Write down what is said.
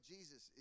Jesus